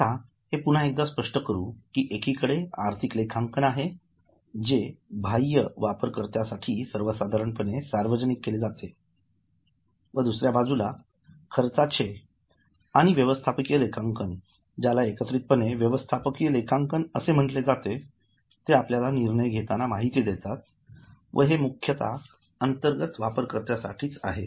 आता हे पुन्हा एकदा स्पष्ट करू कि एकीकडे आर्थिक लेखांकन आहे जे बाह्य वापरकर्त्यासाठी सर्वसाधारणपणे सार्वजनिक केले जाते दुसर्या बाजूला खर्चाचे आणि व्यवस्थापकीय लेखांकन ज्याला एकत्रितपणे व्यवस्थापकीय लेखांकन म्हटले जे आपल्याला निर्णय घेताना माहिती देतात व हे मुख्यतः अंतर्गत वापरकर्त्यासाठी आहे